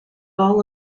all